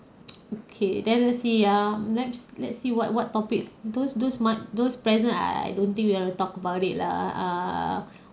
okay then let's see ah let's let's see what what topics those those my those present I I don't think we have to talk about it lah err